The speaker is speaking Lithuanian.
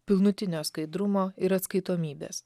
pilnutinio skaidrumo ir atskaitomybės